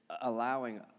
allowing